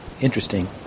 interesting